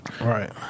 right